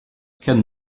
kennen